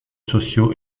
sociaux